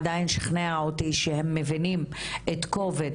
עדיין שכנע אותי שהם מבינים את כובד